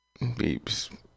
Beeps